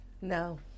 no